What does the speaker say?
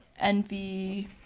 envy